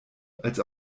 als